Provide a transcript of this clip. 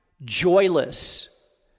joyless